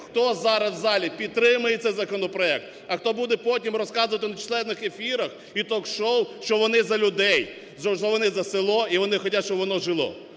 хто зараз у залі підтримає цей законопроект, а хто буде потім розказувати на численних ефірах і ток-шоу, що вони за людей, що вони за село і вони хочуть, щоб воно жило.